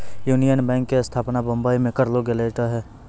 union bank के स्थापना बंबई मे करलो गेलो रहै